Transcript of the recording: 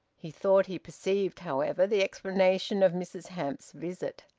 he thought he perceived, however, the explanation of mrs hamps's visit.